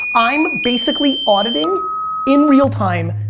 i'm basically auditing in real time,